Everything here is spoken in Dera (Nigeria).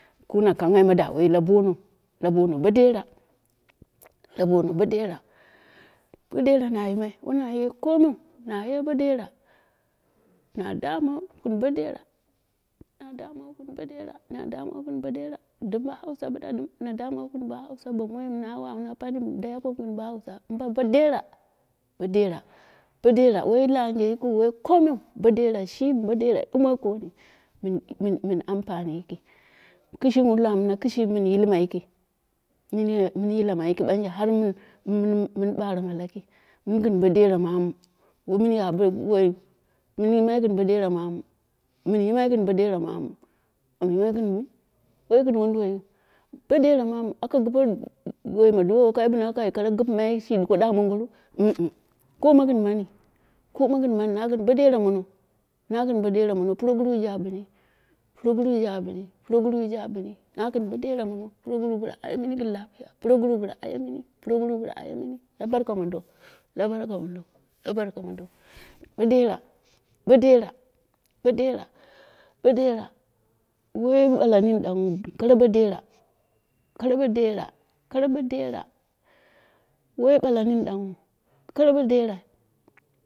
Ko nu kanghai da wai la bonou lu bono bo dera, lu bono bo dera, bo dera na yimaui wana yu komium na ye bo dera, na da mawu yin bo dera, na damawu gin bo dera na da nnawu, gɨn bo dera na dumuwa gin bo dera dim bi hausau din, nu dumuwu gɨn bo huusa, bo nu wau nu pami na damani yin lo hamsa deri bodera bo dera bo dera wai dunji lakiu wai komiu, shimi bo dera dumoi komi min min amkani yiki, kishi wum iwa mini kishimin min yiluma yiki, min min yilama yiki banje har wi mamu womin yu bo wunu, min yimai gin bi dera mamu, ma yimai gin bo dera mamu, munye gin me wai wunduwai wu bo dera mam aka yipe womi waima wom waka binuu kui kuwo gipema, shi diko du nung tu thi koma gin umani, koma gin muni na gɨn bo dera muno nu gin bi dera muno proguru ya ini, proguru yamini, proguru ya mini, na yin bo dera mono proguru biyu aye mini gin lapiya proguru bila aye mini, proguru bila aye mini, la barka mundo, bo dera bo dera, bo dera, bo dera wai waimini dunghu kara ɓo dera kuwu bo dera kara bo dera wai bala mini ɗumghu, kara bo dera.